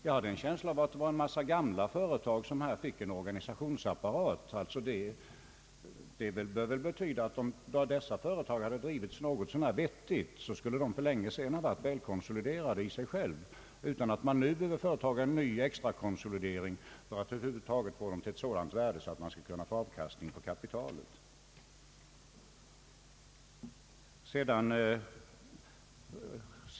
Jag hade en känsla av att det var en massa gamla företag som här fick en organisationsapparat. Om dessa företag hade drivits något så när vettigt skulle de för länge sedan ha varit välkonsoliderade i sig själva, utan att man nu behöver företa en ny extrakonsolidering för att få dem till ett sådant värde att de ger avkastning på kapitalet.